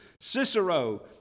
Cicero